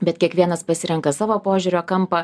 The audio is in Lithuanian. bet kiekvienas pasirenka savo požiūrio kampą